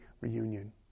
reunion